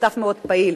שותף מאוד פעיל.